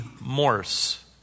Morse